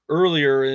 earlier